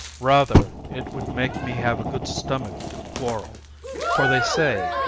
rather it would make me have a good stomach to quarrel for they say,